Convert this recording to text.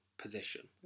position